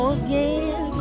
again